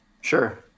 Sure